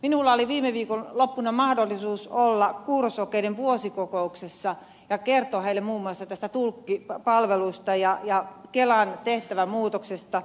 minulla oli viime viikonloppuna mahdollisuus olla kuurosokeiden vuosikokouksessa ja kertoa heille muun muassa tästä tulkkipalvelusta ja kelan tehtävämuutoksesta